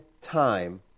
time